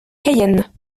cayenne